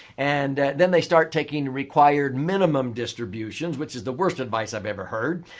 and then they start taking required minimum distributions which is the worst advice i've ever heard.